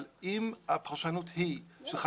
אבל אם הפרשנות היא ש-50,